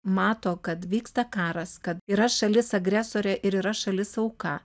mato kad vyksta karas kad yra šalis agresorė ir yra šalis auka